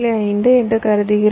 5 என்று கருதுகிறோம்